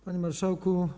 Panie Marszałku!